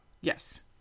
Yes